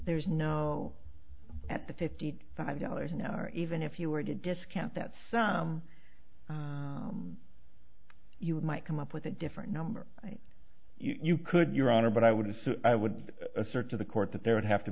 there's no at the fifty five dollars an hour even if you were to discount that some you might come up with a different number right you could your honor but i wouldn't so i would assert to the court that there would have to